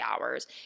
hours